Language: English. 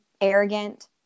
arrogant